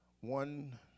one